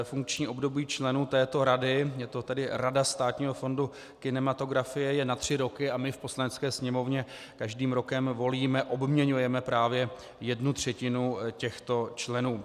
Funkční období členů této rady, je to Rada Státního fondu kinematografie, je na tři roky a my v Poslanecké sněmovně každým rokem volíme, obměňujeme právě jednu třetinu těchto členů.